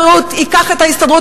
במקום שמשרד הבריאות ייקח את ההסתדרות